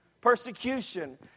Persecution